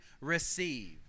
receive